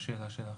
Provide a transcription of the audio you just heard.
בשאלה שלך?